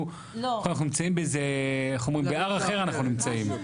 אנחנו נמצאים בעולם אחר אנחנו נמצאים.